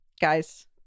Guys